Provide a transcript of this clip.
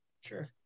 sure